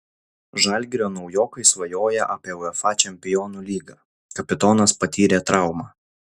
žalgirio naujokai svajoja apie uefa čempionų lygą kapitonas patyrė traumą